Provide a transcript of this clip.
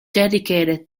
dedicated